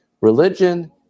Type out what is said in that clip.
religion